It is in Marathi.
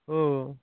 हो हो